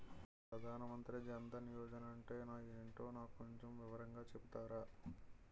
ప్రధాన్ మంత్రి జన్ దన్ యోజన అంటే ఏంటో నాకు కొంచెం వివరంగా చెపుతారా?